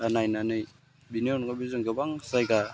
दा नायनानै बेनि अनगाबो जों गोबां जायगा